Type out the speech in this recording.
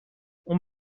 اون